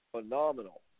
phenomenal